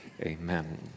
amen